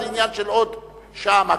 זה עניין של עוד שעה מקסימום.